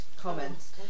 comments